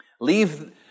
Leave